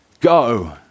Go